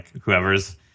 whoever's